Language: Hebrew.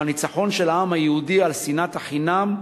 הוא הניצחון של העם היהודי על שנאת החינם,